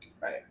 Right